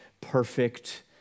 perfect